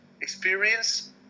experience